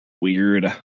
Weird